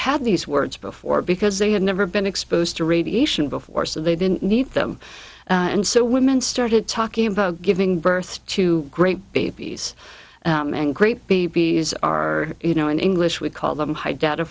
had these words before because they had never been exposed to radiation before so they didn't need them and so women started talking about giving birth to great babies and great baby is are you know in english we call them high data